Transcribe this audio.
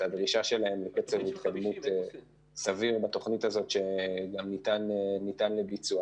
את הדרישה שלהם לקצב פעילות סביר בתוכנית הזאת שגם ניתן לביצוע.